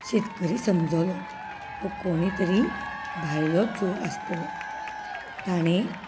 शेतकारूय समजलो हो कोणूय तरी भायलो चोर आसतलो ताणें